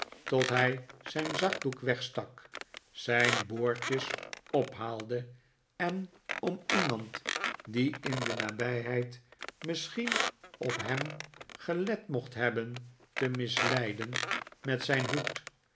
tot hij zijn zakdoek wegstak zijn boordjes ophaalde en om iemand die in de nabijheid misschien op hem gelet mocht hebben te misleiden met zijn hoed